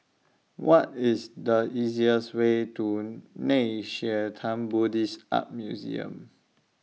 What IS The easiest Way to Nei Xue Tang Buddhist Art Museum